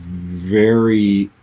very